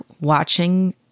watching